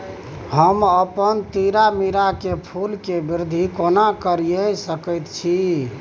हम अपन तीरामीरा के फूल के वृद्धि केना करिये सकेत छी?